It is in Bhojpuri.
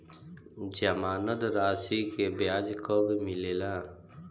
जमानद राशी के ब्याज कब मिले ला?